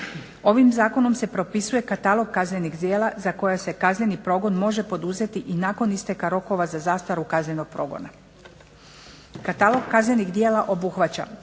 Ovim zakonom se propisuje katalog kaznenih djela za koja se kazneni progon može poduzeti i nakon isteka rokova za zastaru kaznenog progona. Katalog kaznenih djela obuhvaća